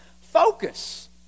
focus